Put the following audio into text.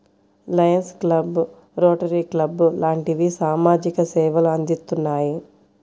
Lions club, rotary club లాంటివి సామాజిక సేవలు అందిత్తున్నాయి